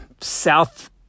South